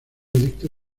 edicto